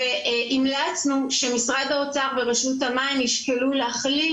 והמלצנו שמשרד האוצר ורשות המים ישקלו להכליל